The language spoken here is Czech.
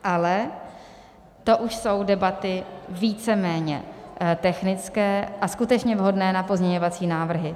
Ale to už jsou debaty víceméně technické a skutečně vhodné na pozměňovací návrhy.